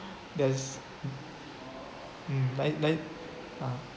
that's mm then then ah